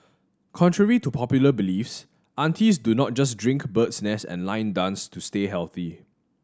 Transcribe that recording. contrary to popular beliefs aunties do not just drink bird's nest and line dance to stay healthy